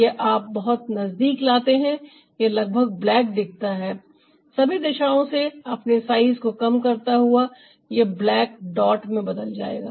यह आप बहुत नजदीक लाते हैं यह लगभग ब्लैक दिखता है सभी दिशाओं से अपने साइज को कम करता हुआ यह ब्लैक डॉट में बदल जाएगा